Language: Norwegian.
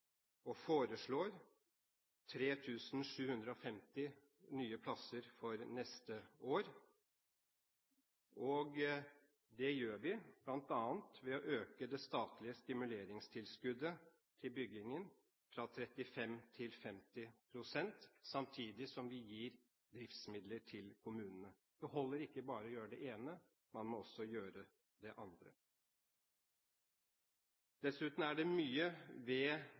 og foreslår 3 750 nye plasser for neste år. Det gjør vi bl.a. ved å øke det statlige stimuleringstilskuddet til byggingen fra 35 pst. til 50 pst., samtidig som vi gir driftsmidler til kommunene. Det holder ikke bare å gjøre det ene. Man må også gjøre det andre. Dessuten er det mye ved